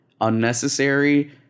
unnecessary